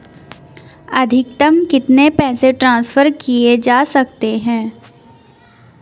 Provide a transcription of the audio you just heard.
अधिकतम कितने पैसे ट्रांसफर किये जा सकते हैं?